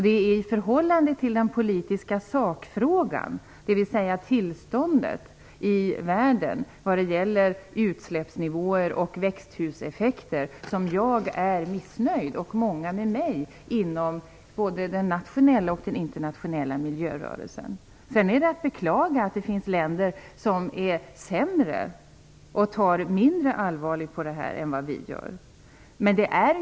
Det är i förhållande till den politiska sakfrågan, dvs. tillståndet i världen vad gäller utsläppsnivåer och växthuseffekter, som jag är missnöjd och många med mig inom både den nationella och den internationella miljörörelsen. Sedan är det att beklaga att det finns länder som är sämre och tar mindre allvarligt på det här än vad vi gör.